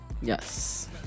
Yes